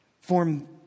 form